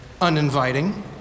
uninviting